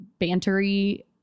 bantery